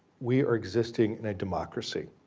we are existing in a democracy.